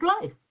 life